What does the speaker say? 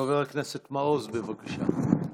חבר הכנסת מעוז, בבקשה.